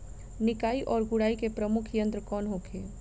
निकाई और गुड़ाई के प्रमुख यंत्र कौन होखे?